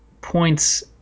points